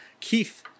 Keith